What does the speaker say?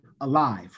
alive